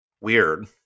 weird